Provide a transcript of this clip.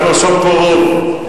אנחנו עכשיו רוב פה.